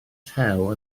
tew